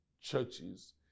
churches